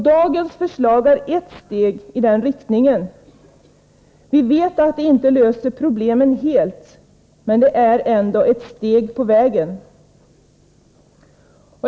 Dagens förslag är ett steg i den riktningen. Vi vet att det inte löser problemen helt, men det är som sagt ett steg på vägen.